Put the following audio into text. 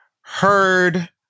heard